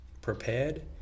prepared